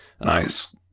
nice